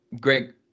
Greg